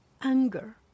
anger